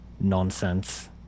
nonsense